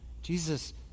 Jesus